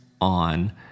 on